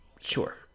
Sure